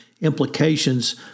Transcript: implications